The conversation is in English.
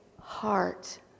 heart